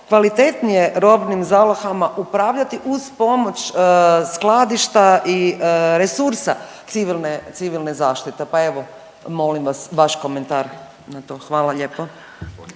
kvalitetnije robnim zalihama upravljati uz pomoć skladišta i resursa civilne zaštite, pa evo molim vas vaš komentar na to. Hvala lijepo.